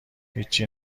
هیچچی